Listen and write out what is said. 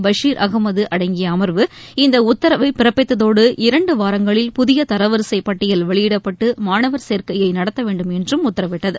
பஷீர் அகமது தாக்கல் அடங்கியஅமர்வு இந்தஉத்தரவைபிறப்பித்ததோடு இரண்டுவாரங்களில் புதியதரவரிசைப் பட்டியல் வெளியிடப்பட்டு மாணவர் சேர்க்கையைநடத்தவேண்டும் என்றும் உத்தரவிட்டது